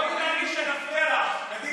בואי תעלי, שנפריע לך, קדימה.